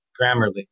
Grammarly